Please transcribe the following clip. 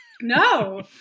No